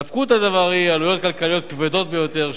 נפקות הדבר היא עלויות כלכליות כבדות ביותר,